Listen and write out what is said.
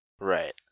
Right